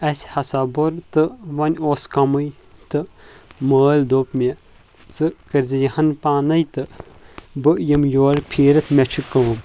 اسہِ ہسا بوٚر تہٕ وۄنۍ اوس کمٕے تہٕ مٲلۍ دوٚپ مےٚ ژٕ کٔرۍ زِ یہِ ہن پانے تہٕ بہٕ یِمہٕ یورٕ پھیٖرِتھ مےٚ چھِ کٲم